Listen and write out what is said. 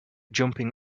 jumping